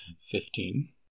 Fifteen